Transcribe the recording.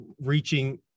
reaching –